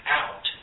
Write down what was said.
out